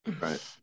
Right